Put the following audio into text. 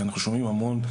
ואנחנו שומעים המון.